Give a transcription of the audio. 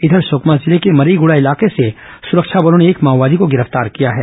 इधर सुकमा जिले के मरईगडा इलाके से सुरक्षा बलों ने एक माओवादी को गिरफ्तार किया है